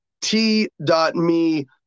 t.me